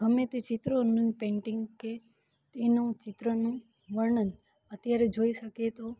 ગમે તે ચિત્રોનું પેંટિંગ કે તેનું ચિત્રનું વર્ણન અત્યારે જોઈ શકીએ તો